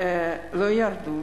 לא ירדו.